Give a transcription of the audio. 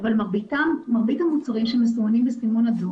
אבל מרבית המוצרים שמסומנים בסימון אדום,